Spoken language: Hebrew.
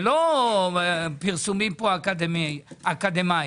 זה לא פרסומים אקדמאיים,